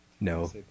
no